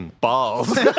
balls